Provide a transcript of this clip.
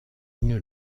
une